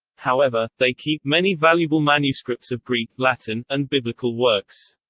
however, they keep many valuable manuscripts of greek, latin, and biblical works.